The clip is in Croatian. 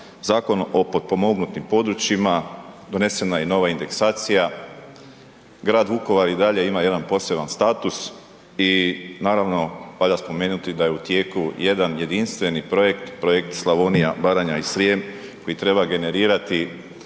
Zakon o potpomognutim područjima, donesena je i nova indeksacija. Grad Vukovar i dalje ima jedan poseban status i, naravno, valja spomenuti da je u tijeku jedan jedinstveni projekt, projekt Slavonija, Baranja i Srijem koji treba generirati